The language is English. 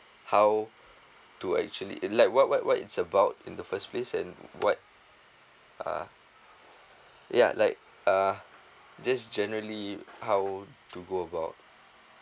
how to actually like what what what it's about in the first place and what uh ya like uh this generally how to go about